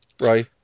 right